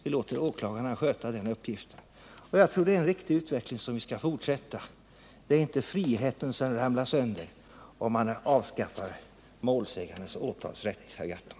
Vi låter åklagarna sköta den uppgiften. Jag tror att det ären riktig utveckling som vi skall låta fortsätta. Det är inte friheten som ramlar sönder om man avskaffar målsägarnas åtalsrätt, herr Gahrton.